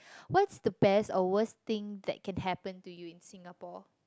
what's the best or worst thing that can happen to you in Singapore